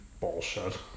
bullshit